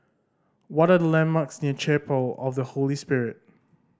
what are the landmarks near Chapel of the Holy Spirit